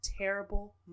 terrible